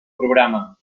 programa